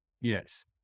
Yes